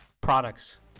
products